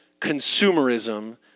consumerism